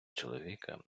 чоловіка